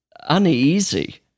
uneasy